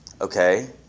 Okay